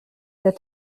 der